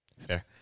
fair